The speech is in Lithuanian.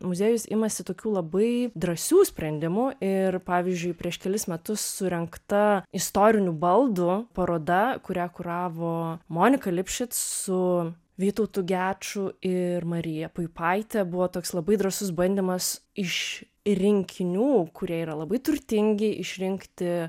muziejus imasi tokių labai drąsių sprendimų ir pavyzdžiui prieš kelis metus surengta istorinių baldų paroda kurią kuravo monika lipšic su vytautu geču ir marija puipaite buvo toks labai drąsus bandymas iš rinkinių kurie yra labai turtingi išrinkti